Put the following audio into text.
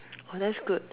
oh that's good